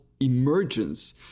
Emergence